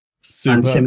Super